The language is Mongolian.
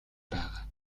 байгаа